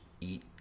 eat